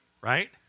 right